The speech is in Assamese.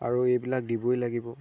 আৰু এইবিলাক দিবই লাগিব